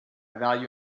value